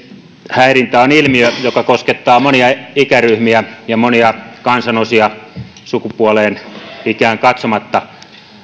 häirintä on ilmiö joka koskettaa monia ikäryhmiä ja monia kansanosia sukupuoleen ikään katsomatta